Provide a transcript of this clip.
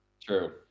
True